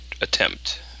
attempt